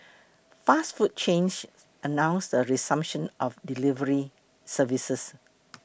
fast food chains announced the resumption of delivery services